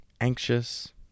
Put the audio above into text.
anxious